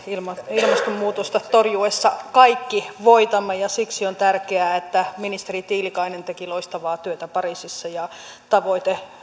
ilmastonmuutosta torjuttaessa kaikki voitamme ja siksi on tärkeää että ministeri tiilikainen teki loistavaa työtä pariisissa ja tavoite